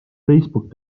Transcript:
facebook